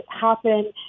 happen